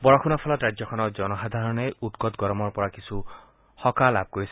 বৰষুণৰ ফলত ৰাজ্যখনৰ জনসাধাৰণে উৎকট গৰমৰ পৰা কিছু সকাহ লাভ কৰিছে